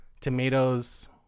tomatoes